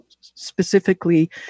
specifically